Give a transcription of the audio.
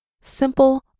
simple